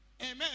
Amen